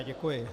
Děkuji.